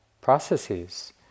processes